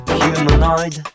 humanoid